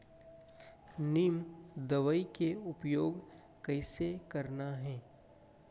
नीम दवई के उपयोग कइसे करना है?